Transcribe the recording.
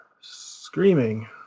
screaming